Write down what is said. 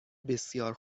بسیار